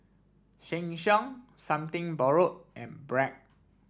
Sheng Siong Something Borrowed and Bragg